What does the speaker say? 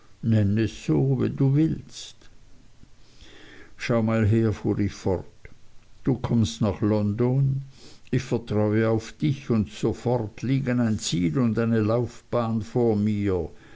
du willst sagte agnes schau mal her fuhr ich fort du kommst nach london ich vertraue auf dich und sofort liegen ein ziel und eine laufbahn vor mir